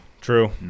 true